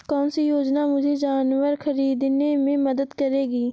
कौन सी योजना मुझे जानवर ख़रीदने में मदद करेगी?